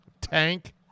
tank